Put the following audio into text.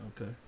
okay